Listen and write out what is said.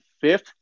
Fifth